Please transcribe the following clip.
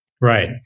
Right